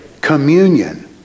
Communion